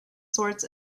sorts